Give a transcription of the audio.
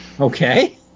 okay